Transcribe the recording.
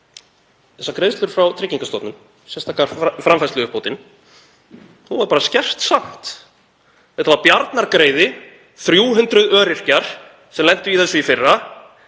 þessar greiðslur frá Tryggingastofnun, sérstaka framfærsluuppbótin, voru samt skertar. Þetta var bjarnargreiði. 300 öryrkjar lentu í þessu í fyrra.